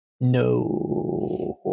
No